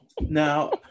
Now